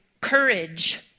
Courage